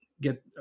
get